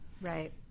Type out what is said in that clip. Right